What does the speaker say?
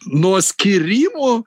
nuo skyrimo